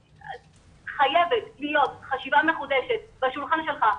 חייבת להיות חשיבה מחודשת בשולחן שלך,